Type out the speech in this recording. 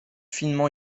finement